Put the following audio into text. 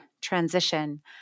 transition